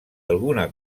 alguna